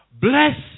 Bless